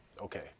Okay